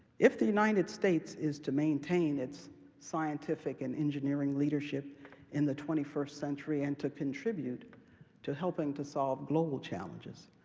if the united states is to maintain its scientific and engineering leadership in the twenty first century and to contribute to helping to solve global challenges,